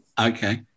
Okay